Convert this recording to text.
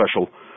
special